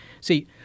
See